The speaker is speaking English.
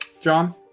John